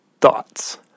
thoughts